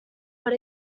what